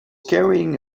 carrying